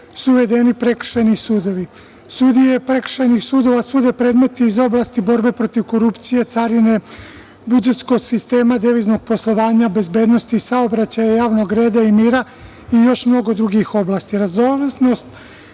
uvedeni prekršajni sudovi. Sudije prekršajnih sudova sude predmete iz oblasti borbe protiv korupcije, carine, budžetskog sistema, deviznog poslovanja, bezbednosti saobraćaja, javnog reda i mira i još mnogo drugih oblasti. Raznovrsnost